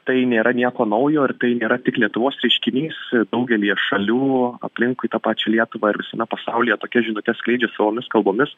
tai nėra nieko naujo ir tai nėra tik lietuvos reiškinys daugelyje šalių aplinkui tą pačią lietuvą ir visame pasaulyje tokias žinutes skleidžia savomis kalbomis